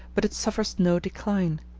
but it suffers no decline.